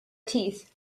teeth